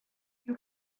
you